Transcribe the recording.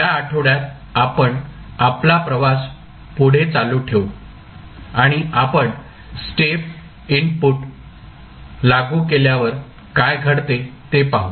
या आठवड्यात आपण आपला प्रवास पुढे चालू ठेवू आणि आपण स्टेप इनपुट लागू केल्यावर काय घडते ते पाहू